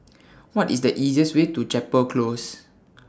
What IS The easiest Way to Chapel Close